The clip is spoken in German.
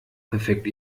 perfekt